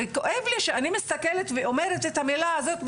וכואב לי שאני מסתכלת ואומרת את המילה הזאת,